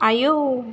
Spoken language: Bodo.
आयौ